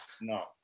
no